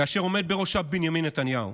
ועמד בראשה בנימין נתניהו.